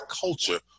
culture